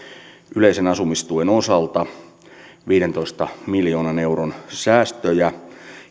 yleisen asumistuen osalta viidentoista miljoonan euron säästöjä